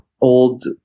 old